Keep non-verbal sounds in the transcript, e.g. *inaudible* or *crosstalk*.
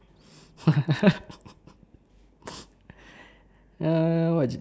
*noise* ah what